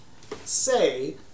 say